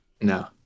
no